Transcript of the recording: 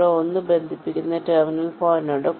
ഇവിടെ 1 ബന്ധിപ്പിക്കുന്ന ടെർമിനൽ പോയിന്റുണ്ട്